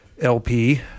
LP